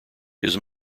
his